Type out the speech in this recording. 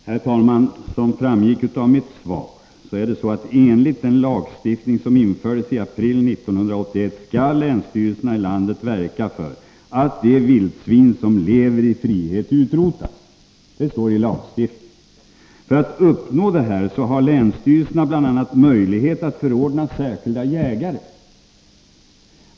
Herr talman! Som framgick av mitt svar, skall länsstyrelserna i landet enligt den lagstiftning som infördes i april 1981 verka för att de vildsvin som lever i frihet utrotas. Det står i lagen. Därför har länsstyrelserna möjlighet att förordna särskilda jägare.